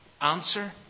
Answer